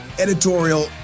editorial